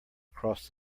across